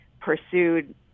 pursued